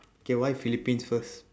okay why philippines first